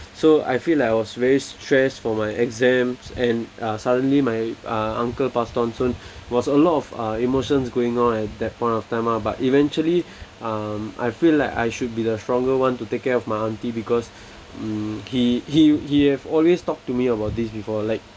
so I feel like I was very stressed for my exams and uh suddenly my uh uncle passed on so it was a lot of uh emotions going on at that point of time ah but eventually um I feel like I should be the stronger one to take care of my auntie because um he he he have always talked to me about this before like